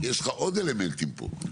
כי יש לך עוד אלמנטים פה.